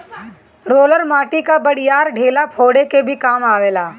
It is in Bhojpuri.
रोलर माटी कअ बड़ियार ढेला फोरे के भी काम आवेला